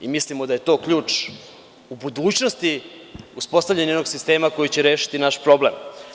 Mislimo da je to ključ u budućnosti uspostavljanja jednog sistema koji će rešiti naš problem.